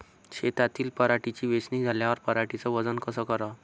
शेतातील पराटीची वेचनी झाल्यावर पराटीचं वजन कस कराव?